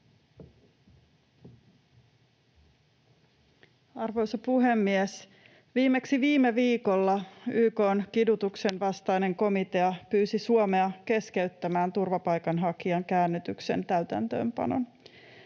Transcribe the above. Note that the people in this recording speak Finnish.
Arvoisa puhemies! Viimeksi viime viikolla YK:n kidutuksen vastainen komitea pyysi Suomea keskeyttämään turvapaikanhakijan käännytyksen täytäntöönpanon.